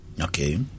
Okay